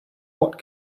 what